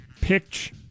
pitch